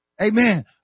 Amen